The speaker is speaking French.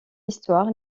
histoire